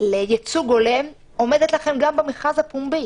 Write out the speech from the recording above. לייצוג הולם עומדת לכם גם במכרז הפומבי.